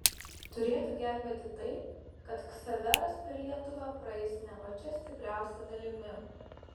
turėtų gelbėti tai kad ksaveras per lietuvą praeis ne pačia stipriausia dalimi